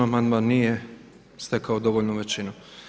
Amandman nije stekao dovoljnu većinu.